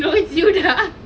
no it's you dah